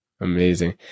Amazing